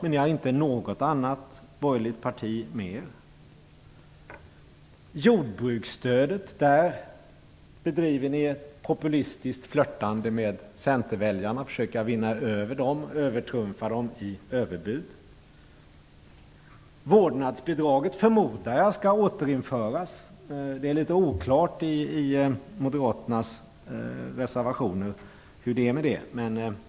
Men ni har inte något annat borgerligt parti med er. När det gäller jordbruksstödet bedriver ni ett populistiskt flirtande med centerväljarna. Ni försöker vinna över dem och övertrumfa dem i fråga om överbud. Vårdnadsbidraget, förmodar jag, skall återinföras. Det är litet oklart hur det är med den saken i Moderaternas reservationer.